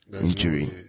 injury